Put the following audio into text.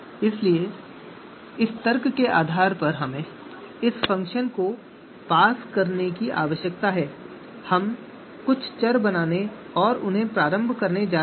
इसलिए इस तर्क के आधार पर कि हमें इस फ़ंक्शन को पास करने की आवश्यकता है हम कुछ चर बनाने और उन्हें प्रारंभ करने जा रहे हैं